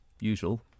usual